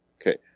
Okay